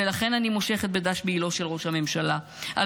ולכן אני מושכת בדש מעילו של ראש הממשלה על